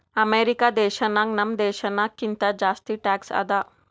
America ದೇಶನಾಗ್ ನಮ್ ದೇಶನಾಗ್ ಕಿಂತಾ ಜಾಸ್ತಿ ಟ್ಯಾಕ್ಸ್ ಅದಾ